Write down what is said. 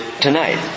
tonight